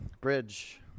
Bridge